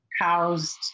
housed